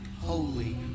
Holy